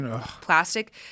plastic